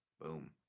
boom